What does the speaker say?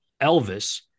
Elvis